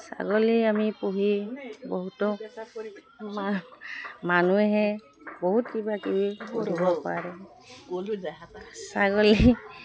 ছাগলী আমি পুহি বহুতো মানুহে বহুত কিবা কিবি কৰিব পাৰে ছাগলী